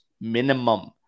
minimum